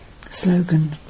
Slogan